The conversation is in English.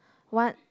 one